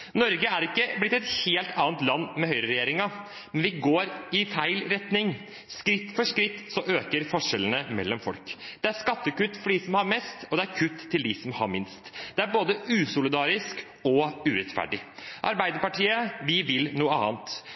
Norge er ikke blitt et helt annet land med høyreregjeringen, men vi går i feil retning. Skritt for skritt øker forskjellene mellom folk. Det er skattekutt for dem som har mest, og det er kutt for dem som har minst. Det er både usolidarisk og urettferdig. Arbeiderpartiet vil noe annet.